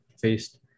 faced